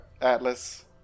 Atlas